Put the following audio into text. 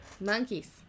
monkeys